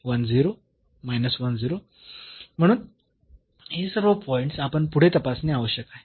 म्हणून हे सर्व पॉईंट्स आपण पुढे तपासणे आवश्यक आहे